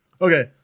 Okay